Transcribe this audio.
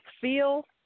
feel